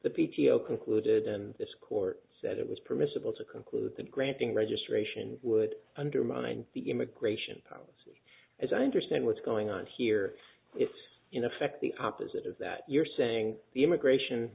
the p t o concluded and this court said it was permissible to conclude that granting registration would undermine the immigration policy as i understand what's going on here it's you know affect the opposite of that you're saying the immigration